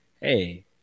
hey